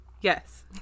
Yes